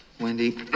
Wendy